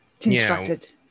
constructed